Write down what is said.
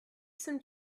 some